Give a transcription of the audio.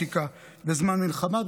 לפוליטיקה בזמן מלחמה.